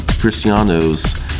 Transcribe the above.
Cristiano's